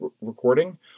recording